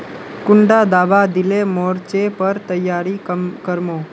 कुंडा दाबा दिले मोर्चे पर तैयारी कर मो?